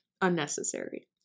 unnecessary